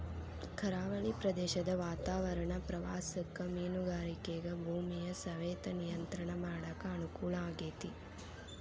ಕರಾವಳಿ ಪ್ರದೇಶದ ವಾತಾವರಣ ಪ್ರವಾಸಕ್ಕ ಮೇನುಗಾರಿಕೆಗ ಭೂಮಿಯ ಸವೆತ ನಿಯಂತ್ರಣ ಮಾಡಕ್ ಅನುಕೂಲ ಆಗೇತಿ